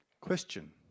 Question